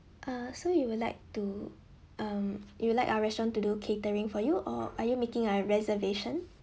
uh so you would like to um you would like our restaurant to do catering for you or are you making a reservation